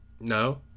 No